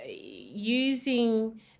using